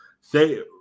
say